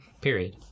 Period